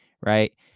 right